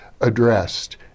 addressed